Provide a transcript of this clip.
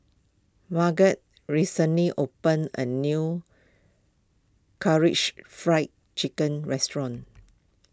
Marget recently opened a new Karaage Fried Chicken restaurant